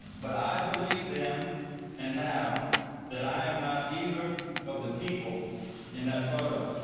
but i believe then and now that i am not either of the people in that photo.